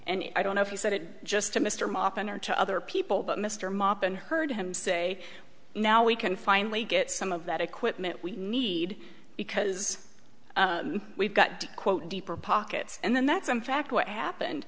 and i don't know if he said it just to mr moffat or to other people but mr mop and heard him say now we can finally get some of that equipment we need because we've got to quote deeper pockets and then that's in fact what happened